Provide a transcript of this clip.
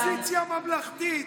עלק אופוזיציה ממלכתית.